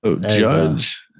Judge